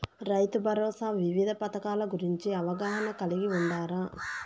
రైతుభరోసా వివిధ పథకాల గురించి అవగాహన కలిగి వుండారా?